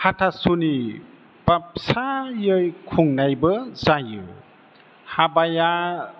हाथासुनि बा फिसायै खुंनायबो जायो हाबाया